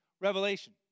Revelation